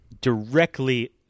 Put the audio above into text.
directly